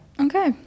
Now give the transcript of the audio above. Okay